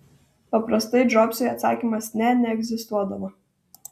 paprastai džobsui atsakymas ne neegzistuodavo